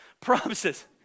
promises